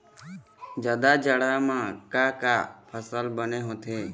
जादा जाड़ा म का का फसल बने होथे?